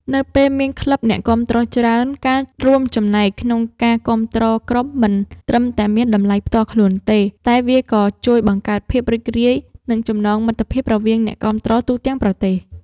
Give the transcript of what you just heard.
នៅពេលមានក្លឹបអ្នកគាំទ្រច្រើន ការរួមចំណែកក្នុងការគាំទ្រក្រុមមិនត្រឹមតែមានតម្លៃផ្ទាល់ខ្លួនទេ តែវាក៏ជួយបង្កើតភាពរីករាយ និងចំណងមិត្តភាពរវាងអ្នកគាំទ្រទូទាំងប្រទេស។